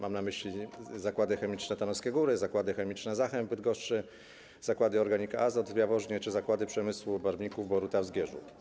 Mam na myśli Zakłady Chemiczne Tarnowskie Góry, Zakłady Chemiczne Zachem w Bydgoszczy, Zakłady Organika-Azot w Jaworznie czy Zakłady Przemysłu Barwników Boruta w Zgierzu.